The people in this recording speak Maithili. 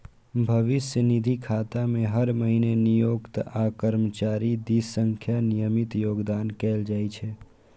भविष्य निधि खाता मे हर महीना नियोक्ता आ कर्मचारी दिस सं नियमित योगदान कैल जाइ छै